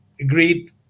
agreed